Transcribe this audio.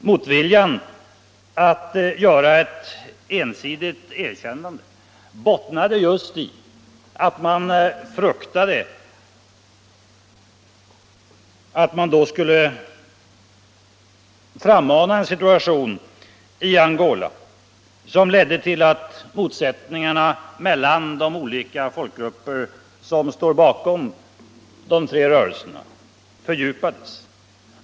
Motviljan mot ett ensidigt erkännande bottnade i att man just fruktade att man därmed skulle frammana en situation i Angola som kunde leda till att motsättningarna mellan de olika folkgrupper som står bakom de tre rörelserna fördjupades.